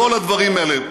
כל הדברים האלה,